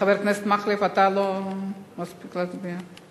חבר הכנסת מקלב, אתה לא מספיק להצביע.